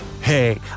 Hey